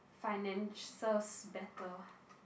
finances better